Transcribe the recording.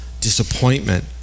disappointment